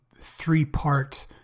three-part